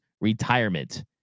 retirement